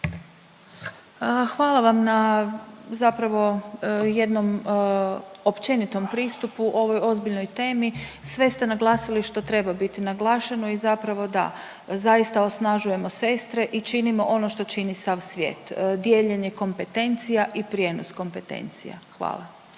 Hvala vam na zapravo jednom općenitom pristupu ovoj ozbiljnoj temi. Sve ste naglasili što treba biti naglašeno i zapravo da, zaista osnažujemo sestre i činimo ono što čini sav svijet. Dijeljenje kompetencija i prijenos kompetencija. Hvala.